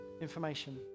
information